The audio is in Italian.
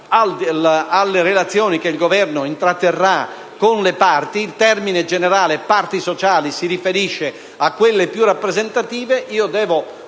Grazie